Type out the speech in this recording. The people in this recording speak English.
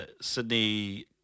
Sydney